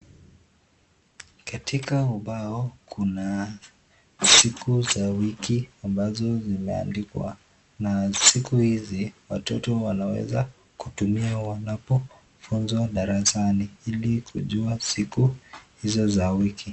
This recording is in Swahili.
Katika ubao kuna siku za wiki ambazo zimeandikwa na siku hizi watoto wanaweza kutumia wanapofunzwa darasani ili kujua siku hizo za wiki.